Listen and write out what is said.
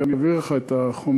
אני אעביר לך את החומרים.